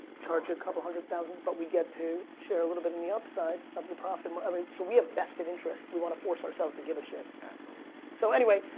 charge a couple hundred thousand, but we get to share a little bit in the upside of the profit. but i mean so we have vested interest. we want to force ourselves to give a shit. absolutely. so anyway,